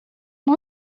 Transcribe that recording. não